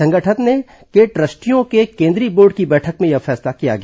संगठन के दू स्टियों के कें द्रीय बोर्ड की बैठक में यह फैसला किया गया